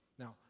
Now